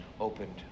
opened